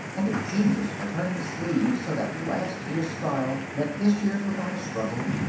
and a genius for turning a sleeve so that last year's style met this year's without a struggle,